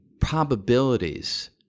probabilities